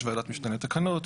יש ועדת משנה לתקנות,